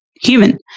human